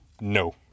No